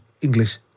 English